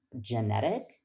genetic